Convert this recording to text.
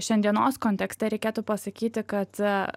šiandienos kontekste reikėtų pasakyti kad